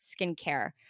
skincare